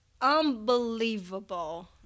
unbelievable